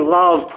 love